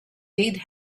need